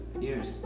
years